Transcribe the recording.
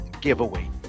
Giveaway